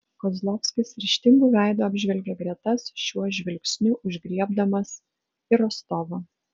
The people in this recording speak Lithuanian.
kozlovskis ryžtingu veidu apžvelgė gretas šiuo žvilgsniu užgriebdamas ir rostovą